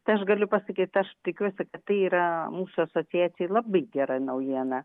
tai aš galiu pasakyt aš tikiuosi kad tai yra mūsų asociacijai labai gera naujiena